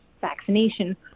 vaccination